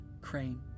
Crane